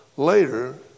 Later